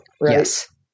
Yes